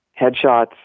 headshots